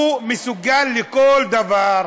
הוא מסוגל לכל דבר,